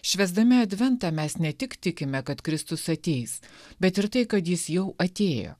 švęsdami adventą mes ne tik tikime kad kristus ateis bet ir tai kad jis jau atėjo